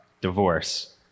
divorce